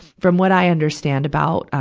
from what i understand about, um,